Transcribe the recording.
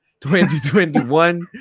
2021